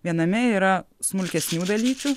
viename yra smulkesnių dalyčių